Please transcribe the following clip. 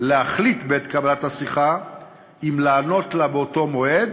להחליט בעת קבלת השיחה אם לענות לה באותו מועד